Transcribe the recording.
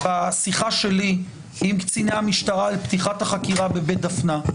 השיחה שלי עם קציני המשטרה על פתיחת החקירה בבית דפנה,